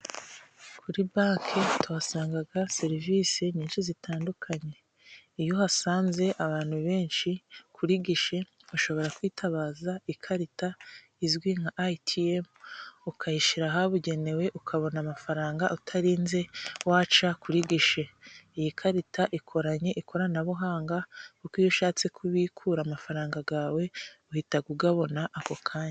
Kuri banke tuhasanga serivisi nyinshi zitandukanye, iyo uhasanze abantu benshi kuri gishe bashobora kwitabaza ikarita izwi nka ITM ukayishyira ahabugenewe, ukabona amafaranga utarinze waca kuri gishe. Iyi karita ikoranye ikoranabuhanga, kuko iyo ushatse kubikura amafaranga yawe, uhita uyabona ako kanya.